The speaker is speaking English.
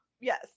yes